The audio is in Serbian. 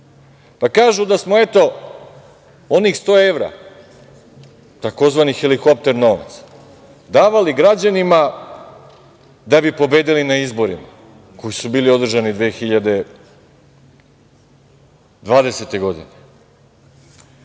da smo onih 100 evra, tzv. helikopter novac, davali građanima da bi pobedili na izborima koji su bili održani 2020. godine.